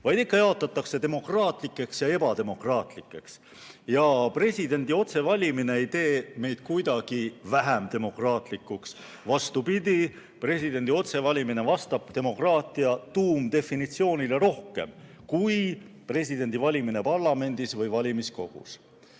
riik. Ikka jaotatakse demokraatlikeks ja ebademokraatlikeks. Ja presidendi otsevalimine ei tee meid kuidagi vähem demokraatlikuks. Vastupidi, presidendi otsevalimine vastab demokraatia tuumdefinitsioonile rohkem kui presidendi valimine parlamendis või valimiskogus. Kolmandaks